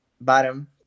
Bottom